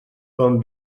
bon